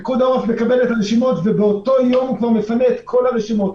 פיקוד העורף מקבל את הרשימות ובאותו יום הוא מפנה את כל הרשימות.